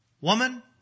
Woman